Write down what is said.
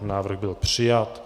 Návrh byl přijat.